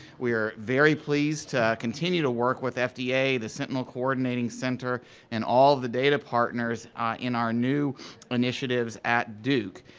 we are very pleased to continue to work with fda the sentinel coordinating center and all the data partners in our new initiatives at duke.